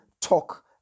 talk